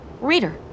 Reader